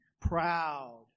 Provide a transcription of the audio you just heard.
proud